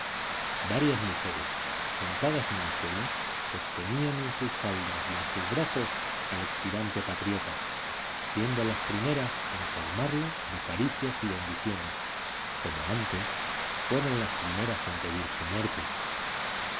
varias mujeres sentadas en el suelo sostenían en sus faldas y en sus brazos al expirante patriota siendo las primeras en colmarlo de caricias y bendiciones como antes fueron las primeras en pedir su muerte